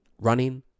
running